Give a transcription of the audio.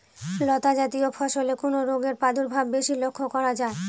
লতাজাতীয় ফসলে কোন রোগের প্রাদুর্ভাব বেশি লক্ষ্য করা যায়?